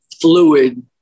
fluid